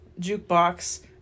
Jukebox